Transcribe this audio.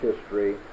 history